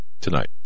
tonight